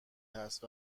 هست